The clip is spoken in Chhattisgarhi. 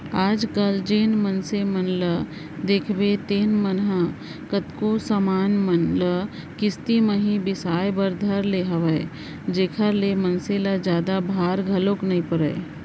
आज कल जेन मनसे मन ल देखबे तेन मन ह कतको समान मन ल किस्ती म ही बिसाय बर धर ले हवय जेखर ले मनसे ल जादा भार घलोक नइ पड़य